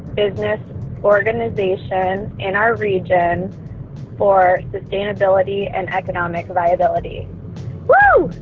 business organization in our region for sustainability and economic viability wow